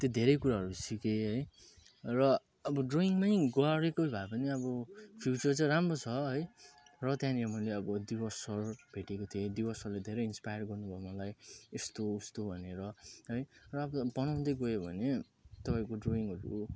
त्यो धेरै कुराहरू सिकेँ है र अब ड्रइङ नै गरेको भए पनि अब फ्युचर चाहिँ राम्रो छ है र त्यहाँनिर मैले अब दिवस सर भेटेको थिएँ दिवस सरले धेरै इन्सपायर गर्नुभयो मलाई यस्तो उस्तो भनेर है र अब बनाउँदै गयो भने तपाईँको ड्रइङहरू